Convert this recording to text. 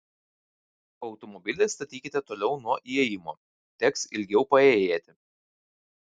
automobilį statykite toliau nuo įėjimo teks ilgiau paėjėti